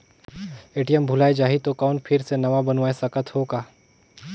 ATM भुलाये जाही तो कौन फिर से नवा बनवाय सकत हो का?